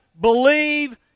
believe